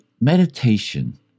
meditation